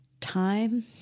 time